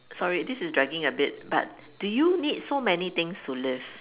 sorry this is dragging a bit but do you need so many things to live